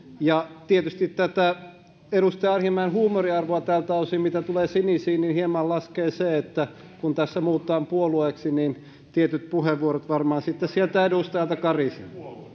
ja tietysti tätä edustaja arhinmäen huumoriarvoa tältä osin mitä tulee sinisiin hieman laskee se että kun tässä muututaan puolueeksi niin tietyt puheenvuorot varmaan sitten sieltä edustajalta karisevat